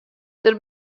der